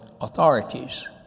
authorities